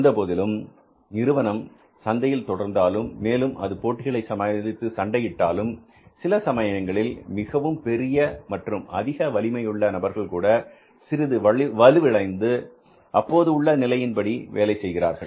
இருந்தபோதிலும் நிறுவனம் சந்தையில் தொடர்ந்தாலும் மேலும் அது போட்டிகளை சமாளித்து சண்டையிட்டாலும் சில சமயங்களில் மிகவும் பெரிய மற்றும் அதிக வலிமை உள்ள நபர்கள் கூட சிறிது வலுவிழந்து அப்போது உள்ள நிலையின் படி வேலை செய்கிறார்கள்